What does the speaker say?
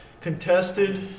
contested